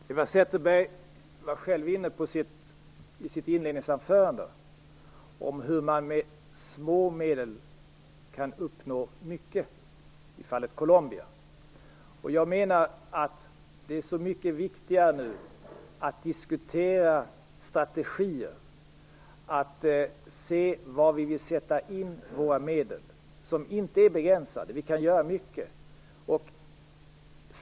Herr talman! Eva Zetterberg var själv i sitt inledningsanförande inne på hur man med små medel kan uppnå mycket, som i fallet Colombia. Jag menar att det nu är så mycket viktigare att diskutera strategier, att se var vi vill sätta in våra medel - som inte är begränsade; vi kan göra mycket.